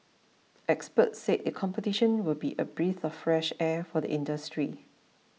experts said it competition will be a breath of fresh air for the industry